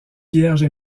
vierges